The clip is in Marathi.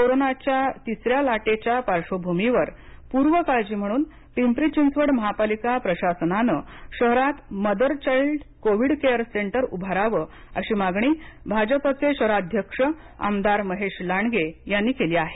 कोरोनाची तिसरी लाट तिसऱ्या लाटेच्या पार्श्वभूमीवर पूर्वकाळजी म्हणून पिंपरी चिंचवड महापालिका प्रशासनाने शहरात mother child covid care centre उभारावे अशी मागणी भाजपाचे शहराध्यक्ष आमदार महेश लांडगे यांनी केली आहे